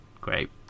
Great